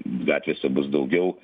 gatvėse bus daugiau